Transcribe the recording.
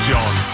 John